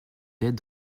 d’être